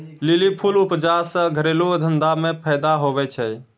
lily फूल उपजा से घरेलू धंधा मे फैदा हुवै छै